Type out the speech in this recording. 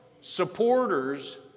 supporters